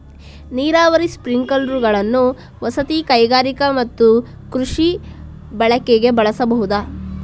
ನೀರಾವರಿ ಸ್ಪ್ರಿಂಕ್ಲರುಗಳನ್ನು ವಸತಿ, ಕೈಗಾರಿಕಾ ಮತ್ತು ಕೃಷಿ ಬಳಕೆಗೆ ಬಳಸಬಹುದು